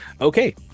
Okay